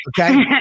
Okay